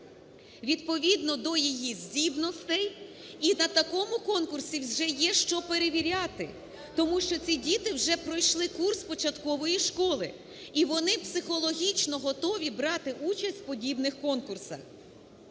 відповідно до її здібностей. І на такому конкурсі вже є, що перевіряти, тому що ці діти вже пройшли курс початкової школи, і вони психологічно готові брати участь в подібних конкурсах.